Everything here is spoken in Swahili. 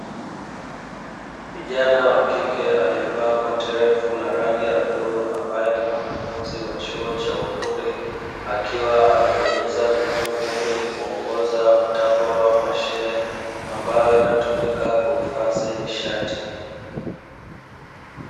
Kijana wa kike, aliyevaa koti refu la rangi ya bluu, ambaye ni mwanafunzi wa chuo cha ufundi. Akiwa anabonyeza vitufe ili kuongoza mtambo au mashine, ambayo inatumika kuhifadhi nishati.